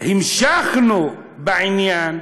כשהמשכנו בעניין,